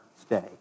stay